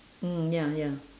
mm ya ya